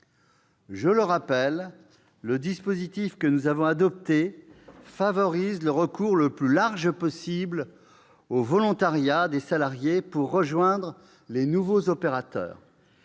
Je le rappelle, le dispositif que nous avons adopté favorise le recours le plus large possible au volontariat des salariés pour rejoindre les nouveaux opérateurs